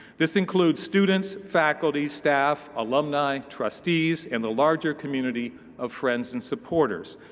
this includes students, faculty, staff, alumni, trustees, and the larger community of friends and supporters.